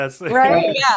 Right